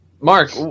Mark